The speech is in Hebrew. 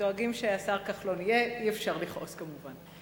דואגים שהשר כחלון יהיה, ואי-אפשר לכעוס, כמובן.